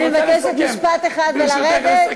אני מבקשת משפט אחד ולרדת,